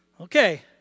Okay